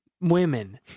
women